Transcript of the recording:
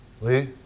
Lee